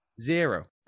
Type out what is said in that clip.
Zero